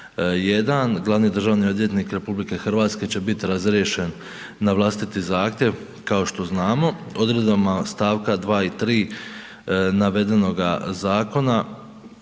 1. glavni državni odvjetnik RH će bit razriješen na vlastiti zahtjev kao što znamo, odredbama st. 2. i 3. navedenoga zakona